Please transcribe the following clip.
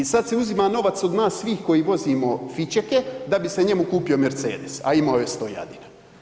I sad se uzima novac od nas svih koji vozimo „Fićeke“ da bi se njemu kupio Mercedes, a imao je „Stojadina“